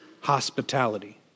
hospitality